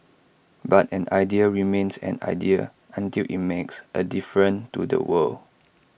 but an idea remains an idea until IT makes A difference to the world